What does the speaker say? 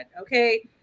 okay